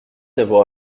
d’avoir